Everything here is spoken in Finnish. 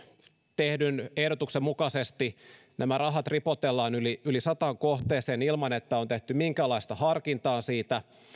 tehdyn ehdotuksen mukaisesti nämä rahat ripotellaan yli yli sataan kohteeseen ilman että on tehty minkäänlaista harkintaa siitä